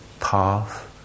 path